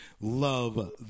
love